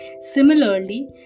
similarly